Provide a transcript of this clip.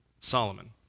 Solomon